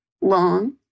long